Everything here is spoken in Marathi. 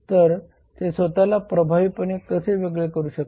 तर ते स्वतःला प्रभावीपणे कसे वेगळे करू शकतात